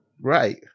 Right